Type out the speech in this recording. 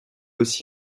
aussi